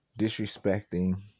disrespecting